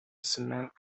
cement